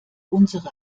unsere